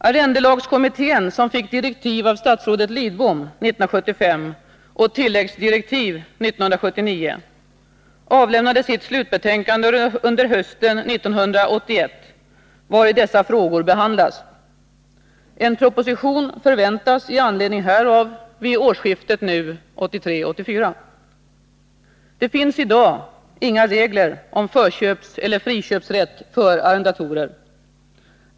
Arrendelagskommittén, som fick direktiv av statsrådet Lidbom 1975 och tilläggsdirektiv 1979, avlämnade sitt slutbetänkande under hösten 1981, vari dessa frågor behandlas. En proposition förväntas med anledning härav vid årsskiftet 1983-1984. Det finns i dag inga regler om förköpseller friköpsrätt för arrendatorer.